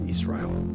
Israel